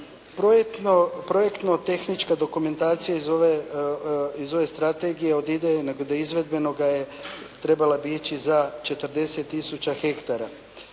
Projektno tehničko dokumentacija iz ove, iz ove strategije od idejnog do izvedbenoga je trebala bi ići za 40 tisuća hektara